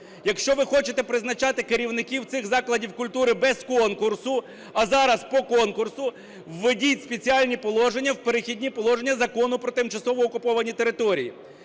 Якщо ви хочете призначати керівників цих закладів культури без конкурсу, а зараз - по конкурсу, введіть спеціальні положення в перехідні положення Закону про тимчасово окуповані території.